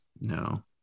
No